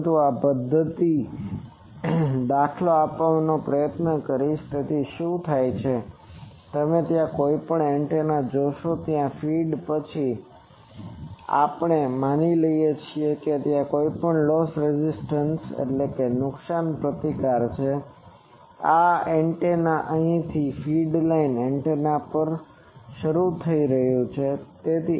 પરંતુ હું આ પદ્ધતિનો દાખલો આપવાનો પ્રયત્ન કરીશ તેથી શું થાય છે કે તમે ત્યાં કોઈ પણ એન્ટેના જોશો ત્યાં ફીડ છે પછી તે પછી આપણે માની લઈએ છીએ કે ત્યાં કોઈ લોસ રેઝિસ્ટન્સ નુકસાન પ્રતિકાર loss resistance છે આ એન્ટેના અહીંથી ફીડ લાઇન એન્ટેના પછી શરૂ થઈ છે શરૂ કર્યું